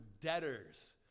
debtors